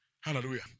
Hallelujah